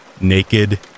naked